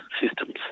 systems